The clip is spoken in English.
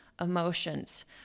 emotions